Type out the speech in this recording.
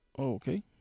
Okay